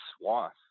swath